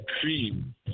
cream